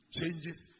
changes